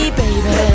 baby